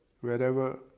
wherever